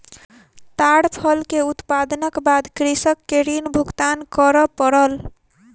ताड़ फल के उत्पादनक बाद कृषक के ऋण भुगतान कर पड़ल